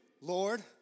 Lord